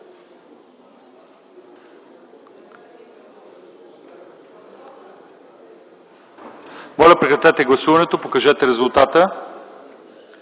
Благодаря.